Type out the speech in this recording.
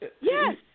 Yes